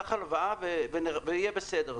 קח הלוואה ויהיה בסדר.